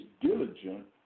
diligent